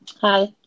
Hi